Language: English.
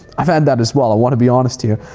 i've had that as well, i wanna be honest here.